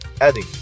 adding